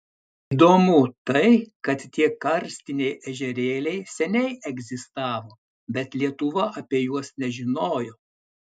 įdomu tai kad tie karstiniai ežerėliai seniai egzistavo bet lietuva apie juos nežinojo